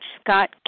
Scott